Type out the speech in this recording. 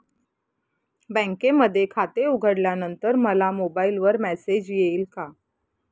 बँकेमध्ये खाते उघडल्यानंतर मला मोबाईलवर मेसेज येईल का?